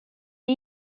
est